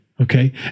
Okay